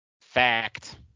Fact